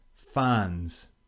Fans